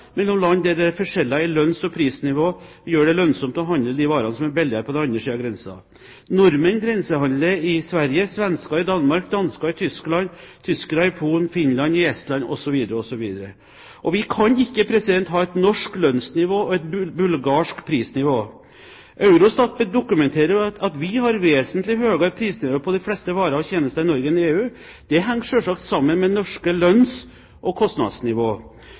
mellom land der forskjeller i lønns- og prisnivå gjør det lønnsomt å handle billigere varer på den andre siden av grensen. Nordmenn grensehandler i Sverige, svensker i Danmark, dansker i Tyskland, tyskere i Polen, finner i Estland osv. Vi kan ikke ha et norsk lønnsnivå og et bulgarsk prisnivå. Eurostat dokumenterer at vi har vesentlig høyere prisnivå på de fleste varer og tjenester i Norge enn i EU. Det henger selvsagt sammen med det norske lønns- og kostnadsnivå.